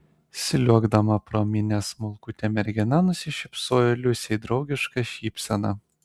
sliuogdama pro minią smulkutė mergina nusišypsojo liusei draugiška šypsena